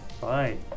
Bye